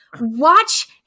watch